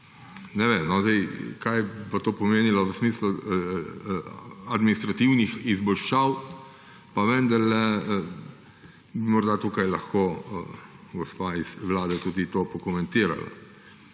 Ne vem, kaj bo to pomenilo v smislu administrativnih izboljšav, pa vendarle bi morda tukaj lahko gospa z Vlade tudi to pokomentirala.